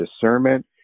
discernment